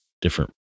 different